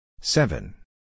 Seven